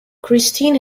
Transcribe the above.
christine